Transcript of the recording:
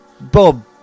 Bob